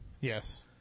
Yes